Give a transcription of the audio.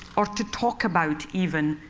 or to talk about, even,